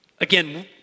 again